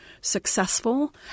successful